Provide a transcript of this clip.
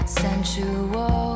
sensual